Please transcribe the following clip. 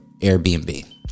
Airbnb